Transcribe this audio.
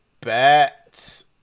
bet